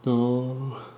no